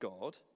God